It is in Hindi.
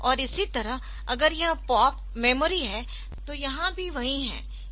और इसी तरह अगर यह पॉप मेमोरी है तो यहां भी वही है